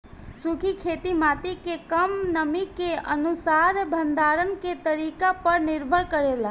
सूखी खेती माटी के कम नमी के अनुसार भंडारण के तरीका पर निर्भर करेला